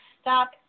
stop